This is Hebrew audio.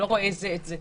אתה לא רואה "זה את זה".